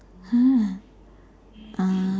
!huh! uh